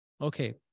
Okay